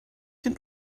den